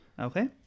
Okay